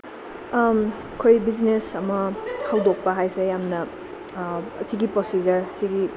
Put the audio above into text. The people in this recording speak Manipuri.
ꯑꯩꯈꯣꯏ ꯕꯤꯖꯤꯅꯦꯁ ꯑꯃ ꯍꯧꯗꯣꯛꯄ ꯍꯥꯏꯁꯦ ꯌꯥꯝꯅ ꯁꯤꯒꯤ ꯄ꯭ꯔꯤꯁꯤꯗ꯭ꯔꯁꯤꯗꯤ